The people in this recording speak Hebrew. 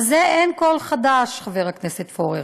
בזה אין כל חדש, חבר הכנסת פורר,